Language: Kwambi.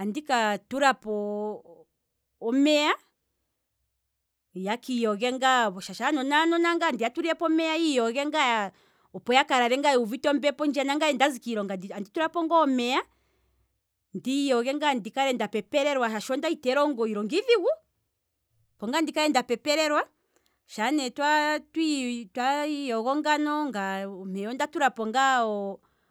andi katulapo omeya ya kiiyoge ngaa shaashi anona anona ngaa, ya kiiyoge ngaa yuvepo ombepo ndjiya, nangaye ngu ndazi kiilonga andi kiiyoga, andi tulapo ngaa omeya ndiki yooge ndikale nda pepelelwa, iilonga iidhigu, sha ne twa- twa- twiiyogo ngano, mpeya onda tulapo ngaa ne